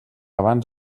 abans